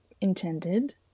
intended